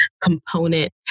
component